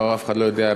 אף אחד לא יודע,